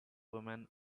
woman